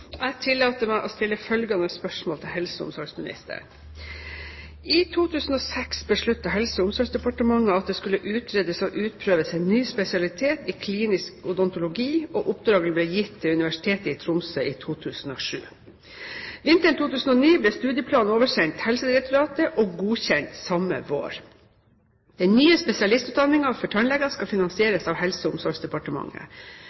2006 besluttet Helse- og omsorgsdepartementet at det skulle utredes og utprøves en ny spesialitet i klinisk odontologi, og oppdraget ble gitt til Universitetet i Tromsø i 2007. Vinteren 2009 ble studieplan oversendt Helsedirektoratet og godkjent samme vår. Den nye spesialistutdanningen for tannleger skal